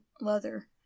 leather